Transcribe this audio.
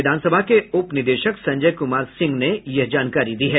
विधानसभा के उप निदेशक संजय कुमार सिंह ने यह जानकारी दी है